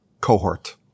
cohort